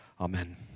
Amen